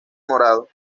morado